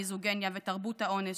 המיזוגיניה ותרבות האונס,